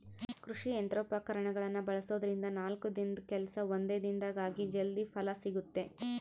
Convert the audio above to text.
ಕೃಷಿ ಯಂತ್ರೋಪಕರಣಗಳನ್ನ ಬಳಸೋದ್ರಿಂದ ನಾಲ್ಕು ದಿನದ ಕೆಲ್ಸ ಒಂದೇ ದಿನದಾಗ ಆಗಿ ಜಲ್ದಿ ಫಲ ಸಿಗುತ್ತೆ